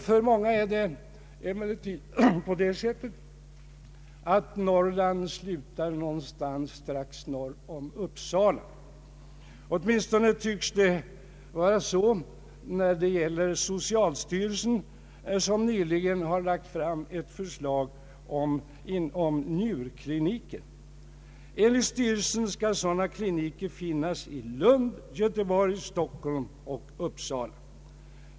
För många är det emellertid på det sättet att Norrland slutar någonstans strax norr om Uppsala. Åtminstone tycks man ha den uppfattningen på socialstyrelsen, som nyligen har lagt fram ett förslag om njurkliniker. Enligt styrelsen skall sådana kliniker finnas i Lund, Göteborg, Stockholm och Uppsala.